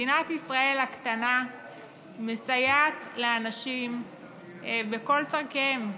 מדינת ישראל הקטנה מסייעת לאנשים בכל צורכיהם,